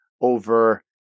over